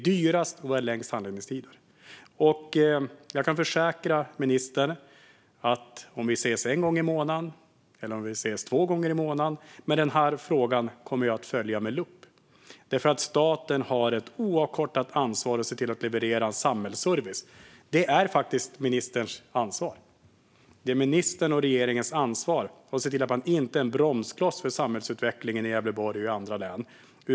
Jag kan försäkra ministern att jag, oavsett om vi ses en eller två gånger i månaden, kommer att följa denna fråga med lupp. Staten har nämligen ett oavkortat ansvar att leverera samhällsservice. Det är faktiskt ministerns och regeringens ansvar att se till att man inte är en bromskloss för samhällsutvecklingen i Gävleborg och andra län.